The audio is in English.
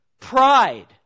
Pride